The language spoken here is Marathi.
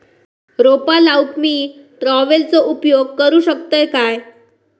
रोपा लाऊक मी ट्रावेलचो उपयोग करू शकतय काय?